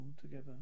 together